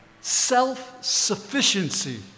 self-sufficiency